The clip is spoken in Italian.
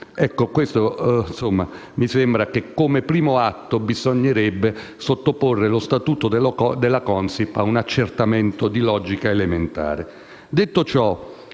procedure diverse. Mi sembra che come primo atto bisognerebbe sottoporre lo statuto della Consip ad un accertamento di logica elementare.